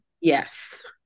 Yes